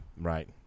right